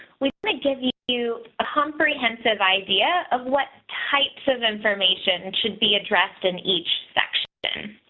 we may give you you a comprehensive idea of what types of information should be addressed in each section.